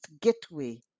gateway